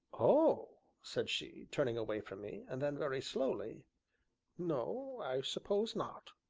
oh! said she, turning away from me and then, very slowly no, i suppose not.